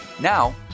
Now